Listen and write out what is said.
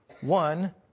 One